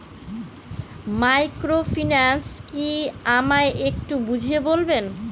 Microfinance কি আমায় একটু বুঝিয়ে বলবেন?